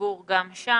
בתגבור גם שם.